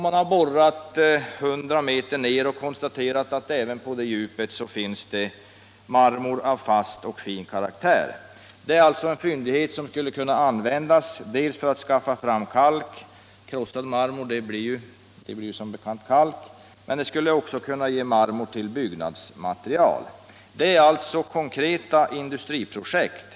Man har borrat 100 m ner och konstaterat att det även på det djupet finns marmor av fast och fin karaktär. Det är alltså en fyndighet som dels skulle kunna användas för att skaffa fram kalk — krossad marmor blir som bekant kalk —, dels skulle kunna ge marmor till byggnadsmaterial. Det är alltså konkreta industriprojekt.